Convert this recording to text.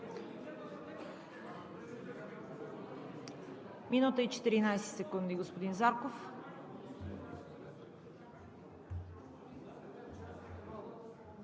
Минута и 14 секунди, господин Зарков.